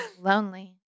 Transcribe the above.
lonely